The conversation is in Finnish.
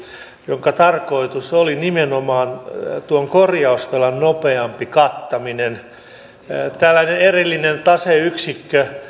jonka tarkoitus oli nimenomaan tuon korjausvelan nopeampi kattaminen mikä tällaisen erillisen taseyksikön